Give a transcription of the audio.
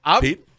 Pete